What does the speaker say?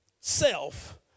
self